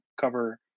cover